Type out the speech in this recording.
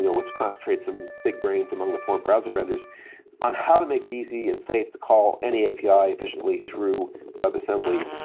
which concentrates some big brains among the four browser vendors on how to make it easy and safe to call any api efficiently through webassembly.